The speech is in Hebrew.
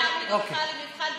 אתה האחרון שמעמיד אותנו למבחן.